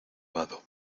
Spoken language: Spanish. vado